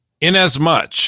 Inasmuch